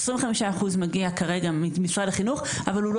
25% מגיע כרגע ממשרד החינוך אבל הוא לא